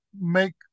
make